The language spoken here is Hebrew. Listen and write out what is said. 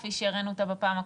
כפי שהראנו בפעם הקודמת.